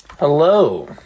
Hello